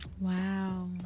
Wow